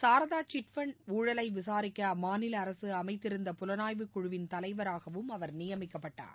Saradha chit fund ஊழலை விசாரிக்க அம்மாநில அரசு அமைத்திருந்த புலனாய்வு குழுவிள் தலைவராகவும் அவர் நியமிக்கப்பட்டார்